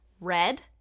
Red